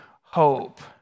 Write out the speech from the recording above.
hope